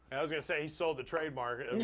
i was gonna say he sold the trademark, i mean